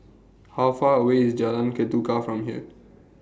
How Far away IS Jalan Ketuka from here